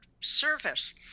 service